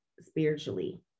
spiritually